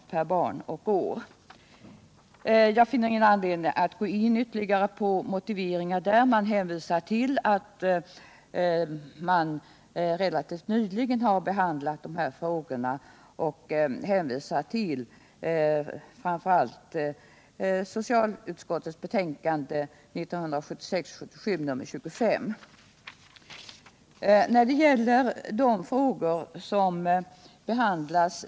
per barn och år. Det finns ingen anledning att gå in på en motivering. Utskottet anför att de här frågorna relativt nyligen behandlats och hänvisar till framför allt socialutskottets betänkande 1976/77:25.